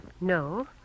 No